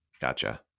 Gotcha